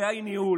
הבעיה היא ניהול,